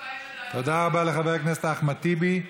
תודה רבה לחבר הכנסת אחמד טיבי.